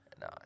No